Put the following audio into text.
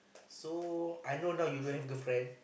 so I know now you don't have girlfriend